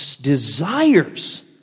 desires